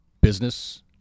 business